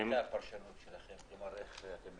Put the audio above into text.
מה הייתה הפרשנות שלכם לזה?